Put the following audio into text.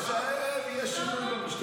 הערב יש שינויים במשטרה.